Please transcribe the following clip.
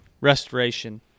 restoration